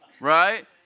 Right